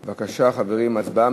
בבקשה, חברים, הצבעה.